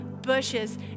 bushes